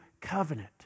covenant